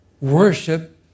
worship